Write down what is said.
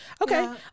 okay